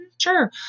sure